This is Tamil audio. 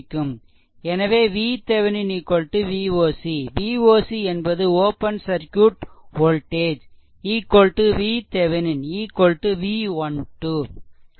எனவே VThevenin Voc Voc என்பது open circuit voltage VThevenin V12